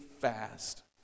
fast